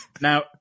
Now